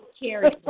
Carry